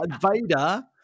Vader